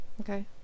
Okay